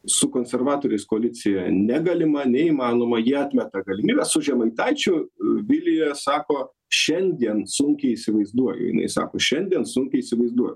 su konservatoriais koalicija negalima neįmanoma jie atmeta galimybę su žemaitaičiu vilija sako šiandien sunkiai įsivaizduoju jinai sako šiandien sunkiai įsivaizduoju